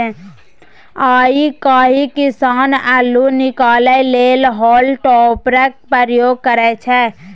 आइ काल्हि किसान अल्लु निकालै लेल हॉल टॉपरक प्रयोग करय छै